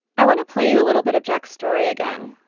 i want to play you a little bit of jack's story again,